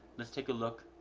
let's take a look